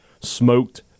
Smoked